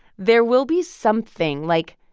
there will be something. like,